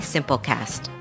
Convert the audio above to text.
Simplecast